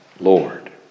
Lord